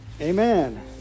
Amen